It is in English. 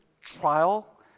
trial